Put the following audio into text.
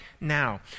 now